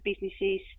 businesses